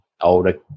older